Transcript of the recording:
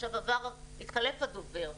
עכשיו התחלף הדובר.